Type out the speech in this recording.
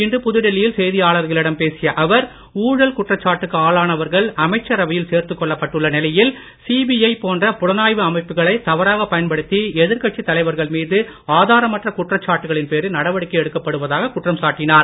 இன்று புதுடெல்லியில் செய்தியாளர்களிடம் பேசிய அவர் ஊழல் குற்றச்சாட்டுக்கு ஆளானவர்கள் அமைச்சரவையில் சேர்த்துக் கொள்ளப்பட்டுள்ள நிலையில் சிபிஜ போன்ற புலனாய்வு அமைப்புகளை தவறாக பயன்படுத்தி எதிர்கட்சி தலைவர்கள் மீது ஆதராமற்ற குற்றச்சாட்டுகளின் பேரில் நடவடிக்கை எடுக்கப்படுவதாக குற்றம் சாட்டினார்